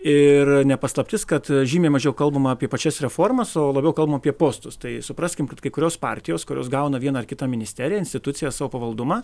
ir ne paslaptis kad žymiai mažiau kalbama apie pačias reformas o labiau kalbama apie postus tai supraskim kad kai kurios partijos kurios gauna vieną ar kitą ministeriją institucija savo pavaldumą